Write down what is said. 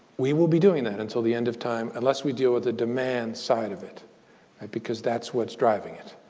we will be doing that until the end of time, unless we deal with the demand side of it because that's what's driving it.